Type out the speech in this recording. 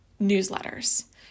newsletters